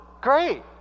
great